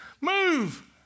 Move